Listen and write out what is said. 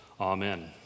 Amen